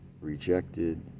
rejected